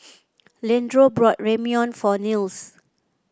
Leandro bought Ramyeon for Nils